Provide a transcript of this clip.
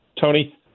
Tony